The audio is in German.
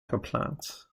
geplant